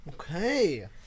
okay